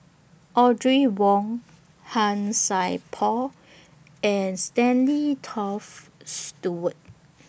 Audrey Wong Han Sai Por and Stanley Toft Stewart